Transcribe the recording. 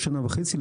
כשנה וחצי,